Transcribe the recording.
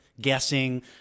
guessing